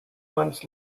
months